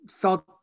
felt